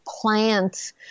plants